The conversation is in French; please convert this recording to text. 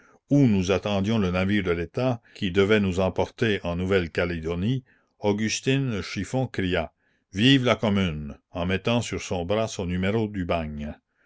où nous attendions le navire de l'état qui devait nous emporter en nouvelle calédonie augustine chiffon cria vive la commune en mettant sur son bras son numéro du bagne